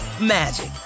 magic